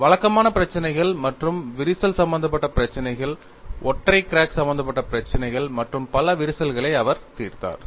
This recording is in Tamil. வழக்கமான பிரச்சினைகள் மற்றும் விரிசல் சம்பந்தப்பட்ட பிரச்சினைகள் ஒற்றை கிராக் சம்பந்தப்பட்ட பிரச்சினைகள் மற்றும் பல விரிசல்களை அவர் தீர்த்தார்